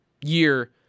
year